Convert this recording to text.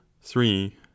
three